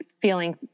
feeling